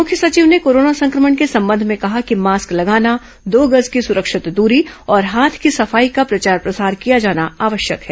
मुख्य सचिव ने कोरोना संक्रमण के संबंध में कहा कि मास्क लगाना दो गज की सुरक्षित दूरी और हाथ की सफाई का प्रचार प्रसार किया जाना आवश्यक है